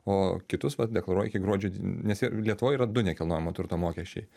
o kitus vat deklaruoji iki gruodžio nes ir lietuvoj yra du nekilnojamo turto mokesčiai